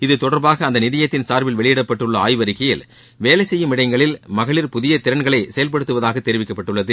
இத்தொடர்பாக அந்த நிதியத்தின் சார்பில் வெளியிடப்பட்டுள்ள ஆய்வறிக்கையில் வேலை செய்யும் இடங்களில் மகளிர் புதிய திறன்களை செயல்படுத்துவதாக தெரிவிக்கப்பட்டுள்ளது